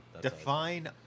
Define